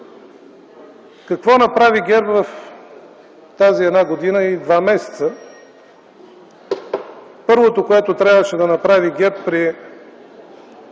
Какво направи ГЕРБ в тази една година и два месеца? Първото, което трябваше да направи ГЕРБ при